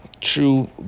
true